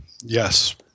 Yes